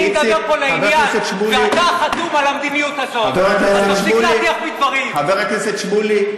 אני מדבר פה לעניין, אבל, איציק, חבר הכנסת שמולי,